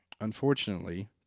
unfortunately